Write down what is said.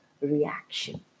reaction